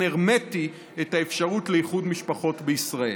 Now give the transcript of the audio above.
הרמטי את האפשרות לאיחוד משפחות בישראל.